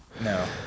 No